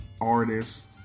artists